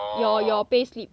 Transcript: your your pay slip